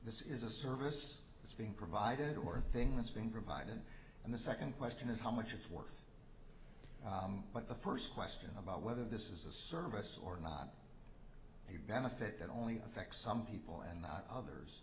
this is a service that's being provided or a thing that's being provided and the second question is how much it's worth but the first question about whether this is a service or not a benefit that only affects some people and not others